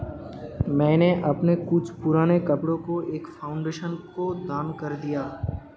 मैंने अपने कुछ पुराने कपड़ो को एक फाउंडेशन को दान कर दिया